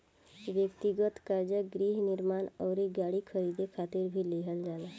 ब्यक्तिगत कर्जा गृह निर्माण अउरी गाड़ी खरीदे खातिर भी लिहल जाला